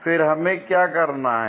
फिर हमें क्या करना है